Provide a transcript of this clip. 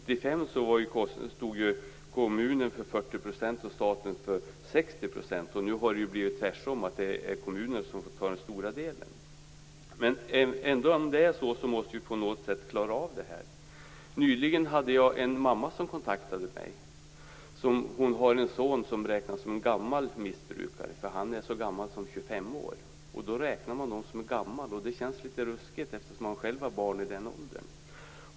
År 1995 stod kommunerna för 40 % av kostnaderna och staten för 60 %. Nu är det tvärtom kommunerna som får ta den större delen. Ändå måste man på något sätt klara av missbruksvården. Nyligen var det en mamma som kontaktade mig. Hon har en son som betraktas som en gammal missbrukare, eftersom han är så gammal som 25 år. Det känns litet ruskigt att en 25-åring räknas som gammal - jag har själv barn i den åldern.